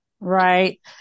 Right